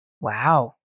Wow